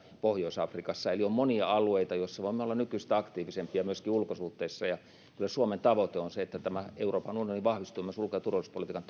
pohjois afrikassa eli on monia alueita joissa voimme olla nykyistä aktiivisempia myöskin ulkosuhteissa ja myös suomen tavoite on se että euroopan unioni vahvistuu myös ulko ja turvallisuuspolitiikan